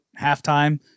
halftime